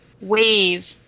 wave